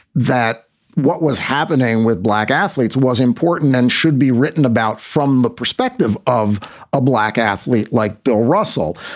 that what was happening with black athletes was important and should be written about from the perspective of a black athlete like bill russell.